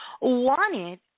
wanted